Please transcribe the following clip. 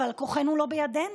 אבל הכוח לא בידינו,